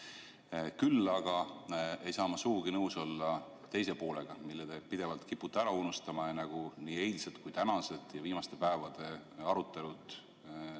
Küll aga ei saa ma sugugi nõus olla teise poolega, mille te pidevalt kipute ära unustama. Nagu nii eilsed kui ka tänased ja üldse viimaste päevade arutelud